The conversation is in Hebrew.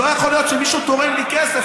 לא יכול להיות שמישהו תורם לי כסף.